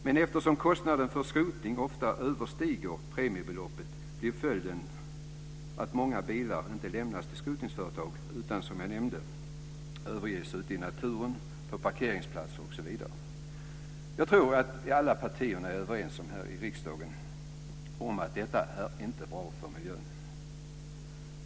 Men eftersom kostnaden för skrotning ofta överstiger premiebeloppet blir följden att många bilar inte lämnas till skrotningsföretag utan, som jag nämnde, överges ute i naturen, på parkeringsplatser osv. Jag tror att alla partier här i riksdagen är överens om att detta inte är bra för miljön.